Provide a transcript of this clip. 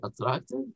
attractive